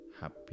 happy